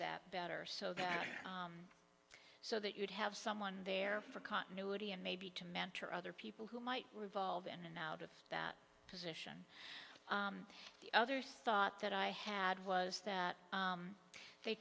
that better so that so that you'd have someone there for continuity and maybe to mentor other people who might revolve in and out of that position the other thought that i had was that they